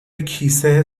کیسه